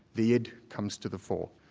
the id comes to the fore.